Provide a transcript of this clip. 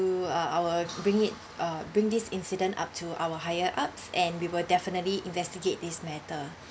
uh I will bring it uh bring this incident up to our higher ups and we will definitely investigate this matter